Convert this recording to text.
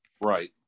right